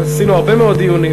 עשינו הרבה מאוד דיונים.